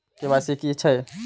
KYC की हे छे?